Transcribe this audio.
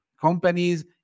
companies